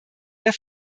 der